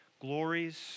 glories